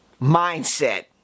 Mindset